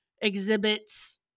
exhibits